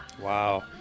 Wow